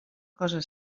cosa